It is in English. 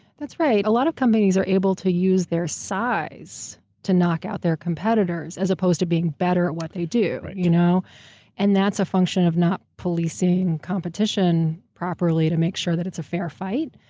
that's right. a lot of companies are able to use their size to knock out their competitors, as opposed to being better at what they do. right. you know and that's a function of not policing competition properly to make sure that it's a fair fight.